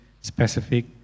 specific